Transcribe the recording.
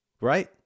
Right